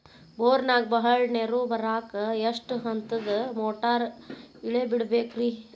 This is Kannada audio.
ಬೋರಿನಾಗ ಬಹಳ ನೇರು ಬರಾಕ ಎಷ್ಟು ಹಂತದ ಮೋಟಾರ್ ಇಳೆ ಬಿಡಬೇಕು ರಿ?